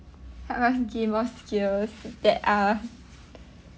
help us gain more skills that are